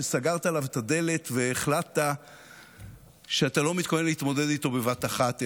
שסגרת עליו את הדלת והחלטת שאתה לא מתכונן להתמודד איתו בבת אחת,